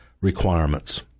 requirements